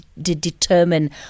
determine